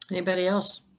anybody else?